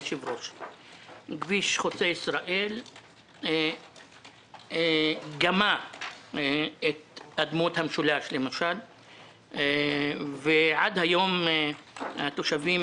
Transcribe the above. כביש חוצה ישראל גמע את אדמות המשולש למשל ועד היום התושבים